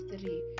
three